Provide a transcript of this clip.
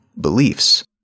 beliefs